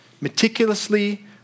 meticulously